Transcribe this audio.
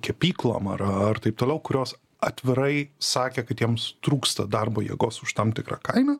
kepyklom ar ar taip toliau kurios atvirai sakė kad jiems trūksta darbo jėgos už tam tikrą kainą